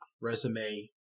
resume